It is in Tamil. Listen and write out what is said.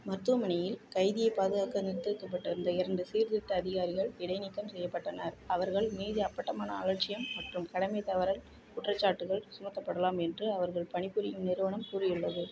மருத்துவமனையில் கைதியை பாதுகாக்க நிறுத்தி வைக்கப்பட்டிருந்த இரண்டு சீர்திருத்த அதிகாரிகள் இடைநீக்கம் செய்யப்பட்டனர் அவர்கள் மீது அப்பட்டமான அலட்சியம் மற்றும் கடமைத் தவறல் குற்றச்சாட்டுகள் சுமத்தப்படலாம் என்று அவர்கள் பணிபுரியும் நிறுவனம் கூறியுள்ளது